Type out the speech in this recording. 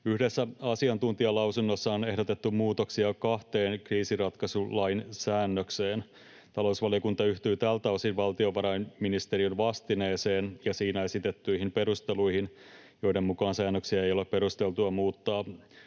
Yhdessä asiantuntijalausunnossa on ehdotettu muutoksia kahteen kriisinratkaisulain säännökseen. Talousvaliokunta yhtyy tältä osin valtiovarainministeriön vastineeseen ja siinä esitettyihin perusteluihin, joiden mukaan säännöksiä ei ole perusteltua muuttaa